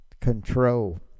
Control